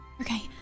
Okay